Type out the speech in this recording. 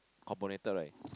right